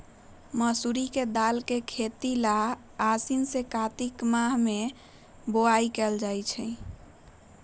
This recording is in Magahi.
मसूरी के दाल के खेती लेल आसीन से कार्तिक मास में बोआई कएल जाइ छइ